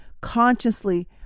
consciously